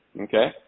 Okay